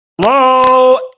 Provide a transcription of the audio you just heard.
Hello